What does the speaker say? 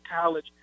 college